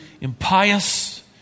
impious